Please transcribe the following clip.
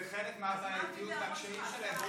זה חלק מהבעייתיות והקשיים שלהם.